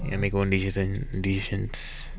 make her own decision decisions